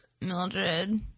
Mildred